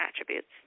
attributes